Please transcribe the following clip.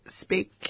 speak